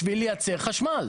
בשביל ליצר חשמל,